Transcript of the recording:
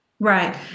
Right